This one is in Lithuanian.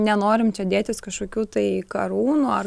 nenorim čia dėtis kažkokių tai karūnų ar